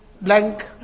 blank